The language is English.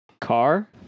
Car